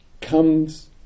comes